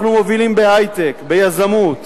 אנחנו מובילים בהיי-טק, ביזמות,